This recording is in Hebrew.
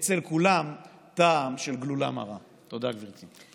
אצל כולם טעם של גלולה מרה, תודה, גברתי.